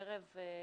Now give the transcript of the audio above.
ערב הבחירות,